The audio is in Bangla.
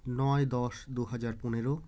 নয় দশ দু হাজার পনেরো